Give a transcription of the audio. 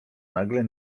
nagle